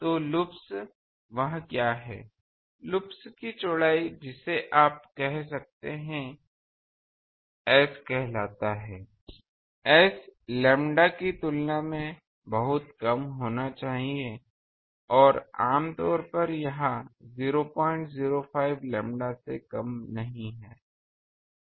तो लूप्स वह क्या है लूप्स की चौड़ाई जिसे आप कह सकते हैं एस कहलाता है एस लैंबडा की तुलना में बहुत कम होना चाहिए और आमतौर पर यह 005 लैंबडा से कम नहीं है